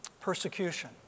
Persecution